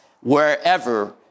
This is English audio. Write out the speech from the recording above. wherever